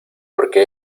porque